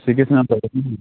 six